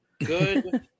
Good